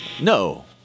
no